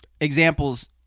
examples